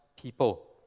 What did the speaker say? people